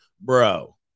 Bro